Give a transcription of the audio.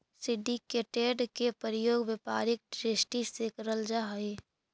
syndicated के प्रयोग व्यापारिक दृष्टि से करल जा हई